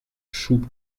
choux